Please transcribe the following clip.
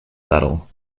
battle